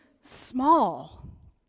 small